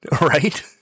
Right